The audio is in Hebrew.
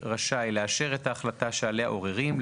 המינהלי רשאי לאשר את ההחלטה שעליה עוררים,